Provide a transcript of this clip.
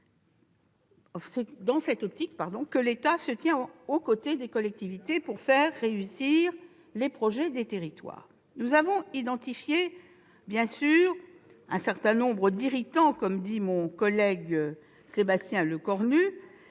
C'est dans cette optique que l'État se tient aux côtés des collectivités pour faire réussir les projets des territoires. Nous avons identifié, bien sûr, un certain nombre d'« irritants », pour reprendre le terme de mon collègue Sébastien Lecornu,